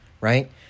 right